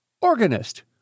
organist